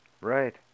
Right